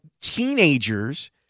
teenagers